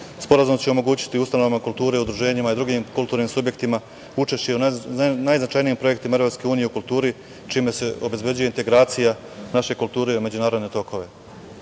Sporazum će omogućiti ustanovama kulture i udruženjima i drugim kulturnim subjektima, učešće u najznačajnijim projektima EU u kulturi čime se obezbeđuje integracija naše kulture i u međunarodne